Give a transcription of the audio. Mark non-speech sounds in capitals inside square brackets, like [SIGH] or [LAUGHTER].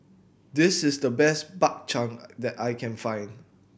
this is the best Bak Chang [NOISE] that I can find